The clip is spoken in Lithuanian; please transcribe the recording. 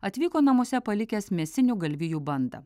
atvyko namuose palikęs mėsinių galvijų bandą